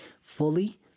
fully